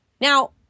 Now